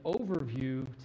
overview